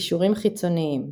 קישורים חיצוניים